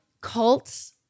cults